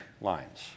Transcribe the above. lines